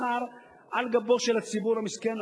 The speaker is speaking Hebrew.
על גבו של הציבור המסכן,